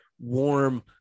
warm